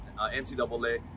NCAA